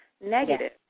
negative